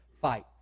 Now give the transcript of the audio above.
fight